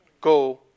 go